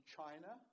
China